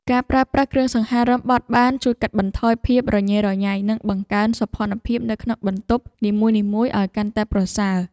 ការប្រើប្រាស់គ្រឿងសង្ហារិមបត់បានជួយកាត់បន្ថយភាពញ៉េរញ៉ៃនិងបង្កើនសោភ័ណភាពនៅក្នុងបន្ទប់នីមួយៗឱ្យកាន់តែប្រសើរ។